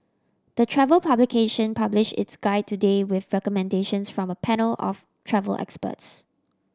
the travel publication published its guide today with recommendations from a panel of travel experts